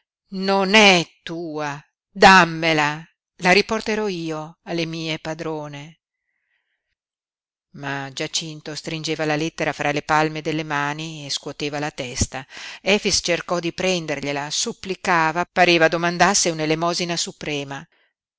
non è tua dammela la riporterò io alle mie padrone ma giacinto stringeva la lettera fra le palme delle mani e scuoteva la testa efix cercò di prendergliela supplicava pareva domandasse un'elemosina suprema